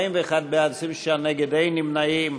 41 בעד, 26 נגד, אין נמנעים.